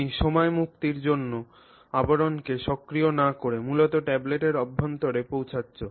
তুমি সময় মুক্তির জন্য আবরণকে সক্রিয় না করে মূলত ট্যাবলেটটির অভ্যন্তরে পৌঁছাচ্ছ